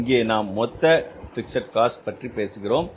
இங்கே நாம் மொத்த பிக்ஸட் காஸ்ட் பற்றி பேசுகிறோம்